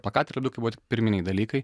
plakatai ir lipdukai buvo tik pirminiai dalykai